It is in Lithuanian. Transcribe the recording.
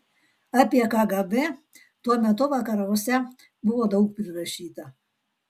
apie kgb tuo metu vakaruose buvo daug prirašyta